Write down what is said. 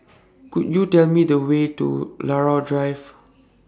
Could YOU Tell Me The Way to Drive